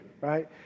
right